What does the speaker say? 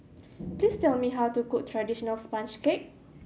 please tell me how to cook traditional sponge cake